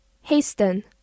hasten